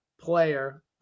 player